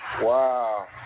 Wow